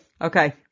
Okay